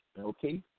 okay